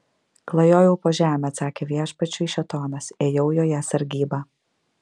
klajojau po žemę atsakė viešpačiui šėtonas ėjau joje sargybą